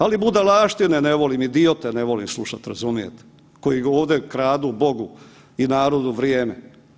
Ali budalaštine ne volim, idiote ne volim slušam razumijete koji ovdje kradu Bogu i narodu vrijeme.